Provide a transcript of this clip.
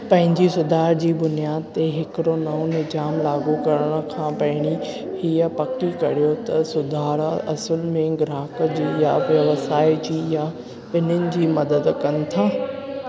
पंहिंजे सुधार जी बुनियादु ते हिकड़ो नओं निज़ामु लाॻू करणु खां पहिरीं इहा पकि करियो त सुधारा असुलु में ग्राहकु जी या व्यवसाय जी या बि॒निनि जी मदद कनि था